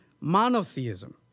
monotheism